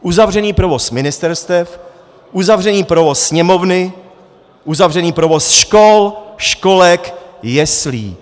Uzavřený provoz ministerstev, uzavřený provoz Sněmovny, uzavřený provoz škol, školek, jeslí.